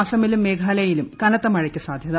അസമിലും മേഘാലയയിലും കനത്ത മഴയ്ക്ക് സാധ്യത